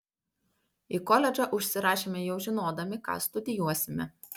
į koledžą užsirašėme jau žinodami ką studijuosime